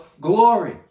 glory